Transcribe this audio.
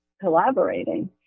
collaborating